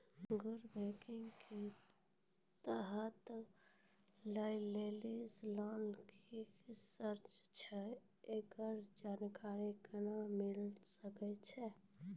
गैर बैंकिंग के तहत लोन लए लेली की सर्त छै, एकरो जानकारी केना मिले सकय छै?